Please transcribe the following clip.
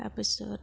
তাৰপিছত